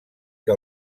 que